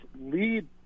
lead